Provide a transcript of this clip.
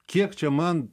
kiek čia man